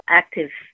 active